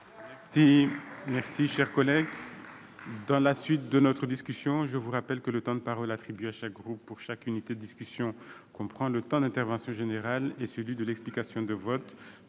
Mes chers collègues, je vous rappelle que le temps de parole attribué à chaque groupe pour chaque unité de discussion comprend le temps de l'intervention générale et celui de l'explication de vote.